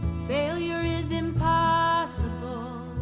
failure is impossible.